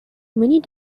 many